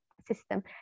system